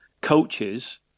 coaches